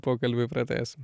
pokalbį pratęsim